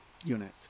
unit